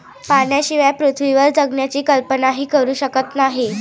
पाण्याशिवाय पृथ्वीवर जगण्याची कल्पनाही करू शकत नाही